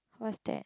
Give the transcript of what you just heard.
what's that